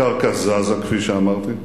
הקרקע זזה, כפי שאמרתי,